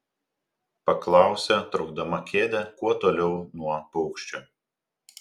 paklausė traukdama kėdę kuo toliau nuo paukščio